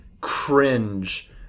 Cringe